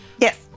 Yes